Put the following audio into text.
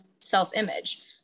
self-image